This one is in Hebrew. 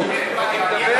אני מדבר, סיבות שונות.